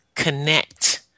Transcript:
connect